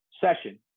session